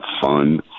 fun